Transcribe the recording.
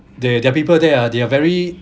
they are the people there ah they are very